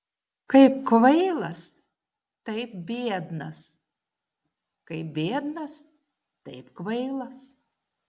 kaip kvailas taip biednas kaip biednas taip kvailas